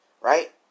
right